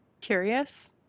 Curious